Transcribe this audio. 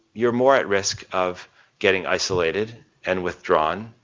you're more at risk of getting isolated and withdrawn,